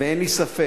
ואין לי ספק